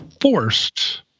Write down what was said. forced